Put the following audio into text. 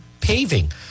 Paving